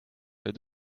les